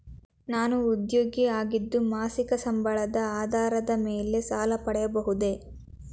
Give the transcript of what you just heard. ನಾನು ಉದ್ಯೋಗಿ ಆಗಿದ್ದು ಮಾಸಿಕ ಸಂಬಳದ ಆಧಾರದ ಮೇಲೆ ಸಾಲ ಪಡೆಯಬಹುದೇ?